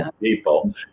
people